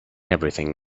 everything